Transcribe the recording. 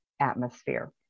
atmosphere